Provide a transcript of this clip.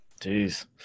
Jeez